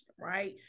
right